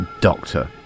Doctor